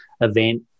event